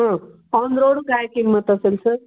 हां on road काय किंमत असेल सर